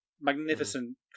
magnificent